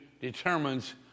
determines